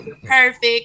perfect